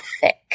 thick